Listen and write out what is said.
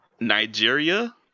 Nigeria